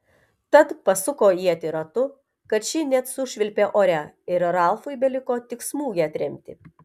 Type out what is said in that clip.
tad pasuko ietį ratu kad ši net sušvilpė ore ir ralfui beliko tik smūgį atremti